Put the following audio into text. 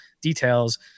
details